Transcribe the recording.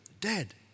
dead